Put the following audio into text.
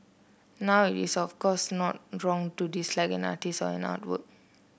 now it is of course not wrong to dislike an artist or an artwork